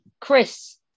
Chris